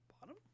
bottom